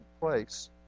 place